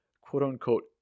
quote-unquote